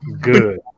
Good